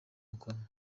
umukono